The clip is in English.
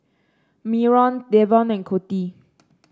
Myron Davon and Coty